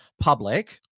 public